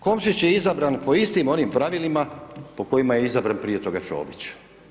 Komšić je izabran po istim onim pravilima, po kojima je izabran prije toga Čović.